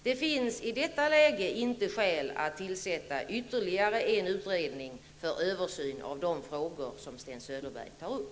Det finns i detta läge inte skäl att tillsätta ytterligare en utredning för översyn av de frågor som Sten Söderberg tar upp.